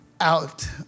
out